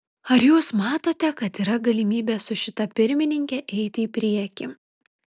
ar jūs matote kad yra galimybė su šita pirmininke eiti į priekį